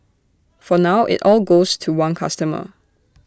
for now IT all goes to one customer